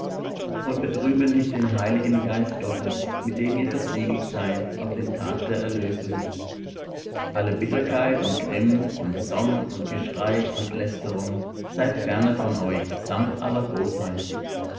und betrübet nicht den heiligen geist gottes mit dem ihr versiegelt seid auf den tag der erlösung alle bitterkeit und grimm und zorn und geschrei und lästerung sei ferne von euch samt aller bosheit